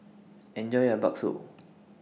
Enjoy your Bakso